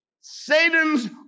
Satan's